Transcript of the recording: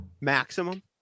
maximum